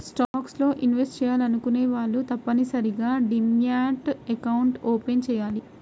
stocks లో invest చెయ్యాలనుకునే వాళ్ళు తప్పనిసరిగా డీమ్యాట్ అకౌంట్ని ఓపెన్ చెయ్యాలి